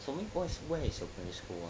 for me what's what is your primary school ah